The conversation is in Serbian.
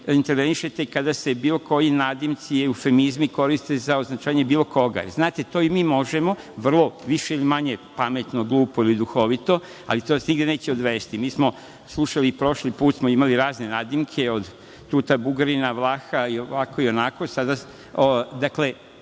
intervenišete kada se bilo koji nadimci, eufemizmi koriste za označavanje bilo koga. Znate to i mi možemo, više ili manje pametno, glupo ili duhovito, ali to nas nigde neće odvesti. Mi smo slušali i prošli put smo imali razne nadimke od tuta Bugarina, Vlaha, ovako i onako. Dakle,